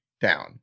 down